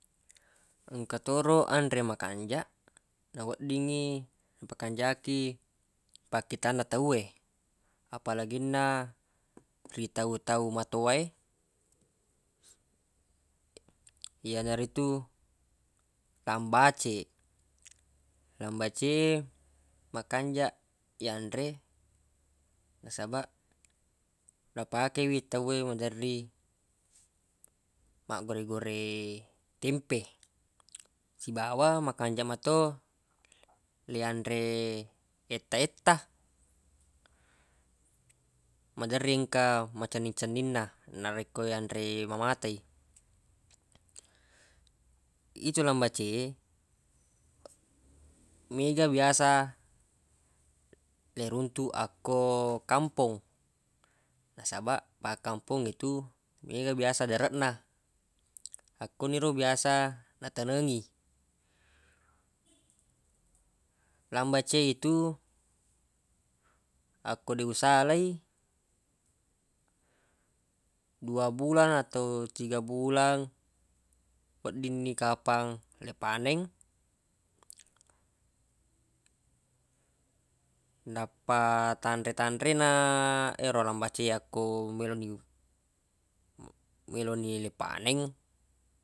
Engka toro anre makanjaq naweddingngi napakanjaki pakkitanna tawwe apalaginna ri tau-tau matowa e yanaritu lambace lambace e makanjaq yanre nasabaq napake wi tawwe maderri maggore-gore tempe sibawa makanjaq mato le yanre etta-etta maderri engka macenni-cenning na narekko le yanre mamata i itu lambace e mega biasa le runtuq akko kampong nasabaq pakkampongngetu mega biasa dareq na akko niro biasa natanengi lambace e tu akko deq usala i dua bulang ato tiga bulang weddinni kapang le paneng nappa tanre-tanre na ero lambace yakko melo ni melo ni le paneng